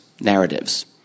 Narratives